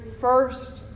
first